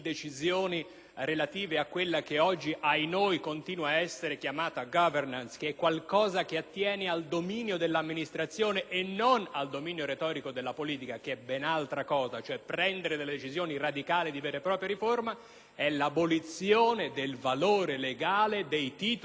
relative a quella che oggi - ahinoi - continua ad essere chiamata *governance*, che è qualcosa che attiene al dominio dell'amministrazione e non al dominio retorico della politica (che è ben altra cosa, cioè prendere delle decisioni radicali di vera e propria riforma), è l'abolizione del valore legale dei titoli di studio.